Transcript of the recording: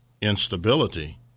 instability